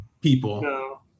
people